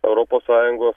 europos sąjungos